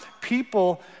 people